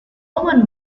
one